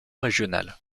régionale